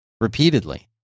repeatedly